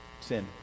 sin